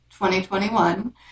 2021